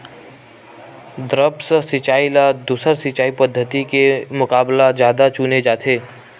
द्रप्स सिंचाई ला दूसर सिंचाई पद्धिति के मुकाबला जादा चुने जाथे